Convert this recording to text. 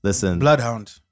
Bloodhound